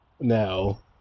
Now